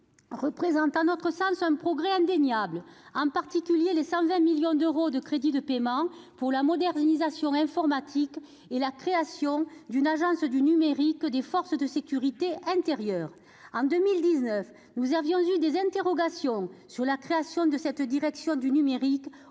représentent à notre sens un progrès indéniable, en particulier les 120 millions d'euros de crédits de paiement pour la modernisation informatique et la création d'une agence du numérique des forces de sécurité intérieure. Je rappelle qu'en 2019 nous avions eu des interrogations sur la création d'une direction du numérique